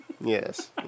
Yes